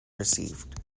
received